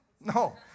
No